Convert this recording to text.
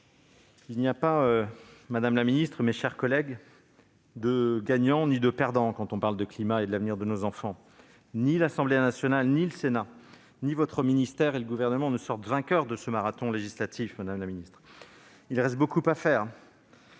Il n'y a pas, madame la ministre, mes chers collègues, de gagnants ni de perdants là où il s'agit du climat et de l'avenir de nos enfants. Ni l'Assemblée nationale, ni le Sénat, ni votre ministère, ni le Gouvernement ne sortent vainqueurs de ce marathon législatif. Il reste beaucoup à faire,